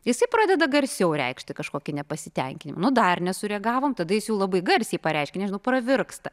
jisai pradeda garsiau reikšti kažkokį nepasitenkinimą nu dar nesureagavom tada jis jau labai garsiai pareiškia nežinau pravirksta